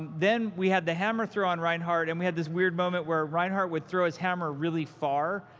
then we had the hammer throw on reinhardt. and we had this weird moment where reinhardt would throw his hammer really far,